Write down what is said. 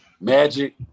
Magic